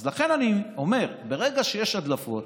אז לכן אני אומר: ברגע שיש הדלפות